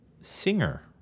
singer